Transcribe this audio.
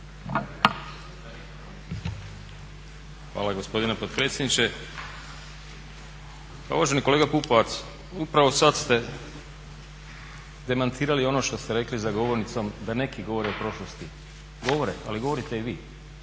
Hvala gospodine potpredsjedniče. Pa uvaženi kolega Pupovac, upravo sada ste demantirali ono što ste rekli za govornicom da neki govore o prošlosti. Govore, ali govorite i vi.